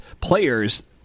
players